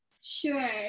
Sure